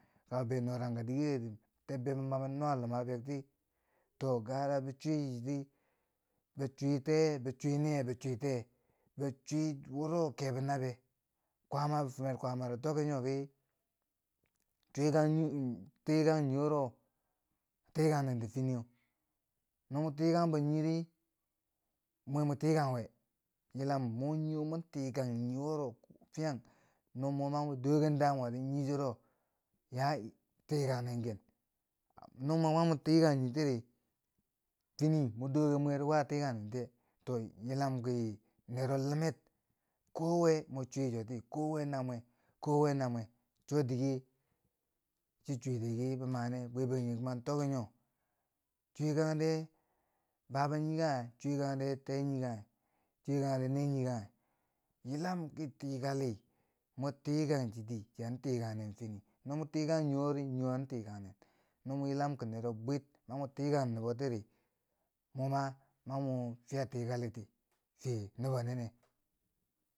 Ka bi bai norangka dike tebbebo mani nuwa luma bekti, to gora bi chwi cho ti, bi chwi tee chwi nee, bi chwi tee bi chwi wuro kebo na beu, kwaama bifumwer kwaamaro toki nyo ki chwikang tikang nii wuro a tikang nen ti finiyeu, no mo tikan bo yirti mwer tikang we? yilam mo nii mwan tikang nii wuro no mo mamo doken damuwari, nii churo an tikan nen ken, no ma mwa tikang nii tiri, fini mo doken mweri yichi yan tikang nen gen no mamun tikan yitiri fini no mun doken di we a tikan nen tiye? to yilam ki nero Lumer kowe mo chwi choti kowa na bwe kowe na mwe cho dike chi chwitiki bi mane, bwe bangjinghe kuma tokki nyo chwyekangde fabe nii kanghe chwyekangde te nii kanghe yilam ki tikali mo tikang chi ti chiyan tikang nen ken no mo tikang nii wo an tikang nen ken, no mo yilam ki nero bwir ma mwa tikang nubo tiri, mo ma ma mun fiya tikali fiye nubo ninne.